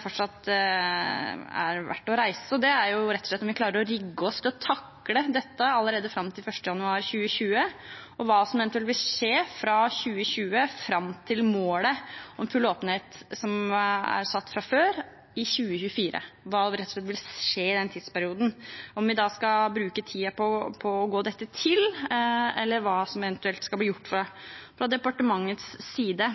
fortsatt er verdt å reise. Det er rett og slett om vi klarer å rigge oss til å takle dette allerede til 1. januar 2020, og hva som eventuelt vil skje fra 2020 og fram til målet om full åpenhet, som fra før er satt til 2024 – rett og slett hva som vil skje i den tidsperioden – om vi skal bruke tiden på å la dette gå seg til, eller hva som eventuelt skal bli gjort fra departementets side.